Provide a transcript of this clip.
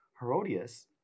Herodias